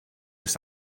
oes